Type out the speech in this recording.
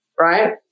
Right